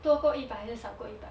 多个一百还是少过一百